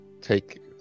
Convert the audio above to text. take